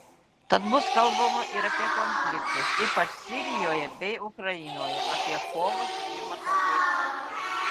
tad bus kalbama ir apie konfliktus ypač sirijoje bei ukrainoje apie kovą su klimato kaita